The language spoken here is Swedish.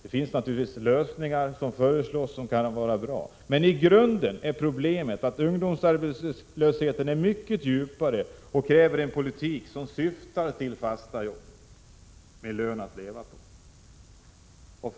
En del lösningar som föreslagits kan naturligtvis vara bra, men i grunden är problemet med ungdomsarbetslösheten mycket djupare och kräver en politik som syftar till fasta jobb med en lön att leva på.